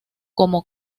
como